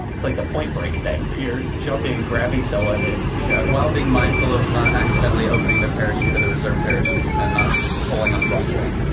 it's like the point break thing. you're jumping, grabbing so i didn't shout while being mindful of not accidentally opening the parachute or the reserve parachute and not pulling on the wrong thing.